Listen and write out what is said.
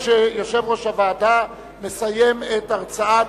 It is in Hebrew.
שיושב-ראש הוועדה יסיים את הרצאת